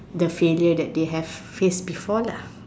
the failure that they have faced before lah